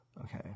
Okay